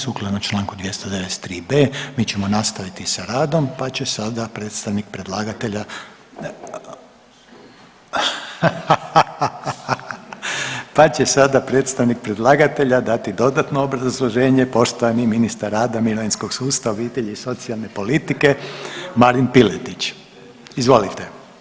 Sukladno čl. 293.b. mi ćemo nastaviti sa radom, pa će sada predstavnik predlagatelja …/Smijeh/…pa će sada predstavnik predlagatelja dati dodatno obrazloženje, poštovani ministar rada, mirovinskog sustava, obitelji i socijalne politike Marin Piletić, izvolite.